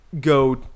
go